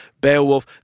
beowulf